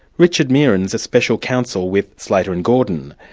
richard meeran is a special counsel with slater and gordon.